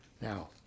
Now